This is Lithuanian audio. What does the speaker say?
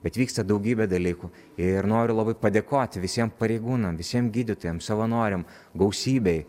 bet vyksta daugybė dalykų ir noriu labai padėkoti visiem pareigūnam visiem gydytojam savanoriam gausybei